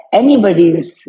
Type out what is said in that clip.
anybody's